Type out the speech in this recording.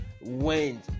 went